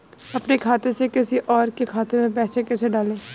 अपने खाते से किसी और के खाते में पैसे कैसे डालें?